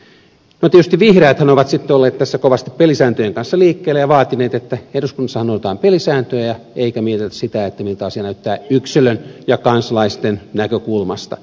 no tietysti vihreäthän ovat sitten olleet tässä kovasti pelisääntöjen kanssa liikkeellä ja vaatineet että eduskunnassahan noudatetaan pelisääntöjä eikä mietitä sitä miltä asia näyttää yksilön ja kansalaisten näkökulmasta